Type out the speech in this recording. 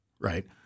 right